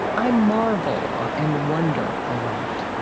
i marvel and wonder a lot.